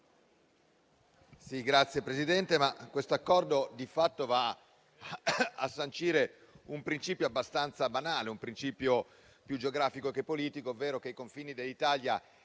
Signor Presidente, questo Accordo di fatto va a sancire un principio abbastanza banale, un principio più geografico che politico, ovvero che i confini dell'Italia